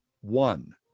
one